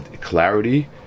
clarity